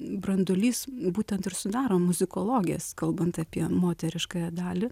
branduolys būtent ir sudaro muzikologės kalbant apie moteriškąją dalį